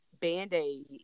band-aid